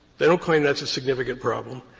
they don't claim that's a significant problem.